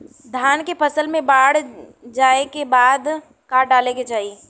धान के फ़सल मे बाढ़ जाऐं के बाद का डाले के चाही?